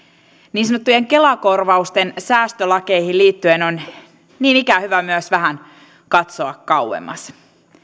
niin sanottujen kela korvausten säästölakeihin liittyen on niin ikään hyvä myös vähän katsoa kauemmas